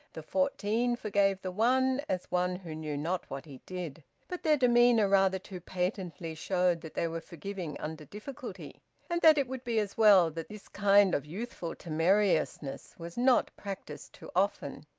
the fourteen forgave the one, as one who knew not what he did but their demeanour rather too patently showed that they were forgiving under difficulty and that it would be as well that this kind of youthful temerariousness was not practised too often.